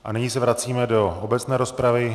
A nyní se vracíme do obecné rozpravy.